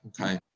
okay